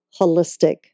holistic